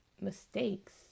mistakes